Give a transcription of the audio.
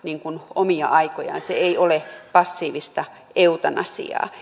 omia aikojaan se ei ole passiivista eutanasiaa